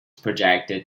projected